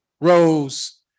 rose